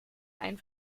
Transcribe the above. ein